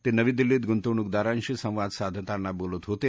ते नवी दिल्लीत गुंतवणूकदारांशी संवाद साधताना बोलत होते